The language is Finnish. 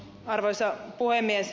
arvoisa puhemies